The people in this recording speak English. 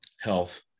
health